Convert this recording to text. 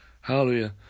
Hallelujah